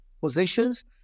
positions